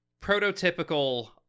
prototypical